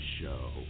Show